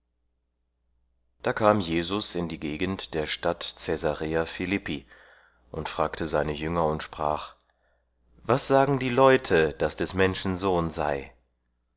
da kam jesus in die gegend der stadt cäsarea philippi und fragte seine jünger und sprach wer sagen die leute daß des menschen sohn sei